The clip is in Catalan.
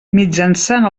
mitjançant